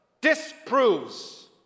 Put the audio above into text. disproves